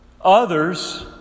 Others